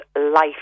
Life